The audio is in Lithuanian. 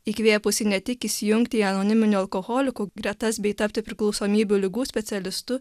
įkvėpusį ne tik įsijungti į anoniminių alkoholikų gretas bei tapti priklausomybių ligų specialistu